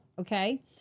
okay